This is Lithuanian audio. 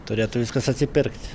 turėtų viskas atsipirkt